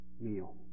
meal